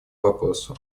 вопросу